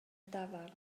dafarn